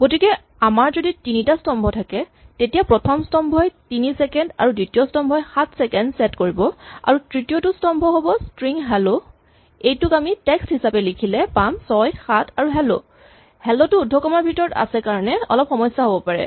গতিকে আমাৰ যদি তিনিটা স্তম্ভ থাকে তেতিয়া প্ৰথম স্তম্ভই তিনি চেকেণ্ড আৰু দ্বিতীয় স্তম্ভই ৭ চেকেণ্ড ছেট কৰিব আৰু তৃতীয় স্তম্ভটো হ'ব স্ট্ৰিং হেল্ল এইটোক আমি টেক্স্ট হিচাপে লিখিলে পাম ৬ ৭ আৰু "হেল্ল" "হেল্ল" টো ঊদ্ধকমাৰ ভিতৰত আছে কাৰণে অলপ সমস্যা হ'ব পাৰে